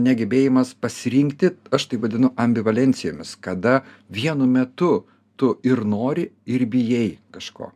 negebėjimas pasirinkti aš tai vadinu ambivalencijomis kada vienu metu tu ir nori ir bijai kažko